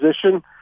position